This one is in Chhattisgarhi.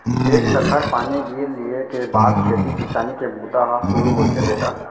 एक सखर पानी गिर लिये के बाद खेती किसानी के बूता ह सुरू होथे बेटा